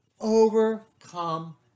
overcome